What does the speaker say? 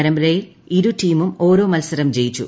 പരമ്പരയിൽ ഇരു ടീമും ഓരോ മത്സരം ജയിച്ചു